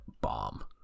bomb